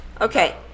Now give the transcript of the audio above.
Okay